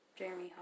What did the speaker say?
Jeremy